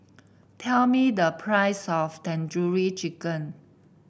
tell me the price of Tandoori Chicken